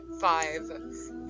five